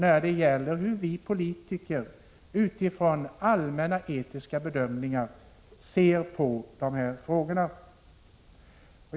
Man vill veta hur vi politiker utifrån allmänna etiska bedömningar ser på de här frågorna.